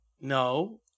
no